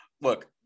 Look